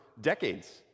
decades